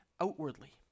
outwardly